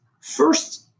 First